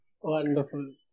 Wonderful